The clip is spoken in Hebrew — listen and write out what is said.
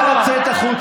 אני קורא אותך קריאה